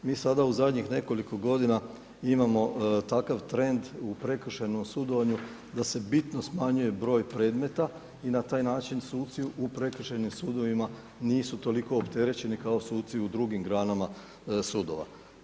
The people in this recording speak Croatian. Mi sada u zadnjih nekoliko godina imamo takav trend u prekršajnom sudovanju da se bitno smanjuje broj predmeta i na taj način suci u prekršajnim sudovima nisu toliko opterećeni kao suci u drugim granama sudova.